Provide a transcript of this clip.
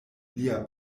lia